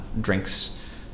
drinks